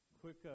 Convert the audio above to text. Quick